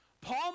Paul